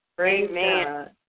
Amen